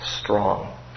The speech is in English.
Strong